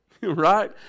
right